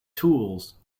tools